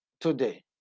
today